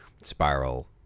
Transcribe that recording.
spiral